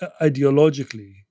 ideologically